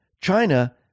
China